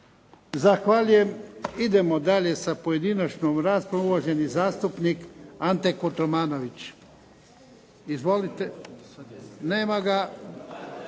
Zahvaljujem. Idemo dalje sa pojedinačnom raspravom, uvaženi zastupnik Ante Kotromanović. Nema ga.